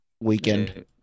Weekend